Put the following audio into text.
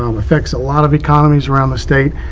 um affects a lot of economies around the state.